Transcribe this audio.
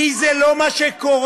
כי זה לא מה שקורה,